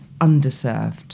underserved